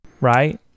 Right